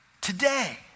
today